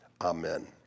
Amen